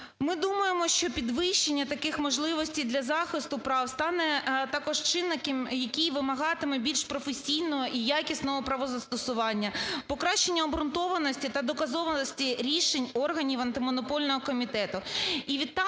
Ми думаємо, що підвищення таких можливостей для захисту прав стане також чинником, який вимагатиме більш професійного і якісного правозастосування, покращення обґрунтованості та доказовості рішень органів Антимонопольного комітету.